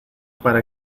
para